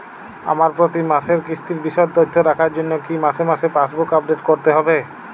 আমার প্রতি মাসের কিস্তির বিশদ তথ্য রাখার জন্য কি মাসে মাসে পাসবুক আপডেট করতে হবে?